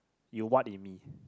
you what in me